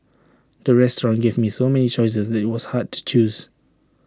the restaurant gave me so many choices that IT was hard to choose